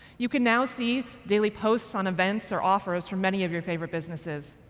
you can now see daily posts on events or offers from many of your favorite businesses.